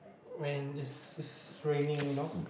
when it's it's raining